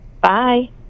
Bye